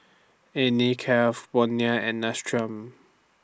Anne Klein Bonia and Nestum